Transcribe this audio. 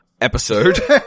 episode